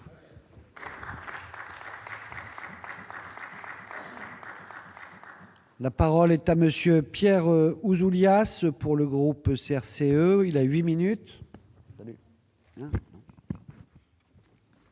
La parole est à monsieur Pierre Ouzoulias ce pour le groupe CRCE il à 8 minutes.